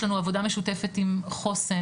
יש לנו עבודה משותפת עם חוסן,